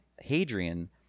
Hadrian